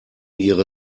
ihre